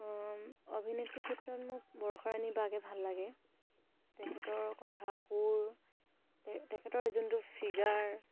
অভিনেত্ৰীৰ ভিতৰত মোক বৰষাৰাণী বাকে ভাল লাগে তেখেতৰ কথা সুৰ তেখেতৰ যোনটো ফিগাৰ